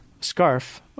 Scarf